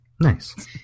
Nice